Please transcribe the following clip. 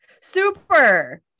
Super